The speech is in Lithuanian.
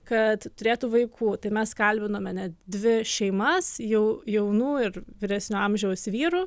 kad turėtų vaikų tai mes kalbinome net dvi šeimas jau jaunų ir vyresnio amžiaus vyrų